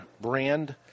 brand